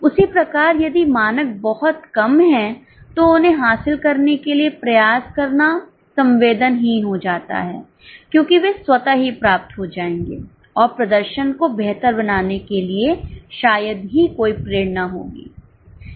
उसी प्रकार यदि मानक बहुत कम हैं तो उन्हें हासिल करने के लिए प्रयास करना संवेदनहीन हो जाता है क्योंकि वे स्वतः ही प्राप्त हो जाएंगे और प्रदर्शन को बेहतर बनाने के लिए शायद ही कोई प्रेरणा होगी